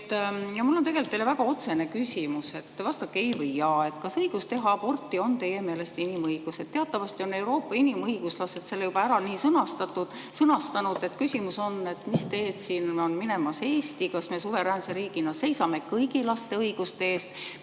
Mul on tegelikult teile väga otsene küsimus, vastake ei või jaa. Kas õigus teha aborti on teie meelest inimõigus? Teatavasti on Euroopa inimõiguslased selle juba nii sõnastanud. Küsimus on, mis teed on minemas Eesti: kas me suveräänse riigina seisame kõigi laste õiguste eest,